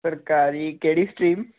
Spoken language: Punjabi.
ਸਰਕਾਰੀ ਕਿਹੜੀ ਸਟਰੀਮ